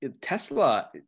tesla